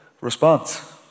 response